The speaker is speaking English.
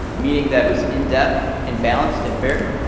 meaning that was in depth and balanced and fair